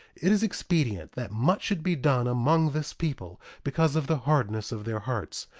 it is expedient that much should be done among this people, because of the hardness of their hearts,